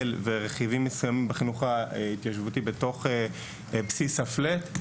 ורכיבים מסוימים בחינוך ההתיישבותי בתוך בסיס ה-FLAT ,